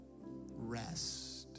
rest